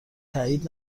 تأیید